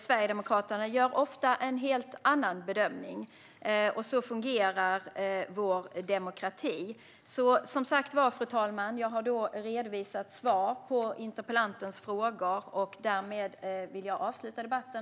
Sverigedemokraterna gör ofta en helt annan bedömning. Så här fungerar vår demokrati. Fru talman! Jag har som sagt redovisat svar på interpellantens frågor och vill därmed avsluta debatten.